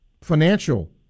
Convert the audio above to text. financial